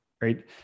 Right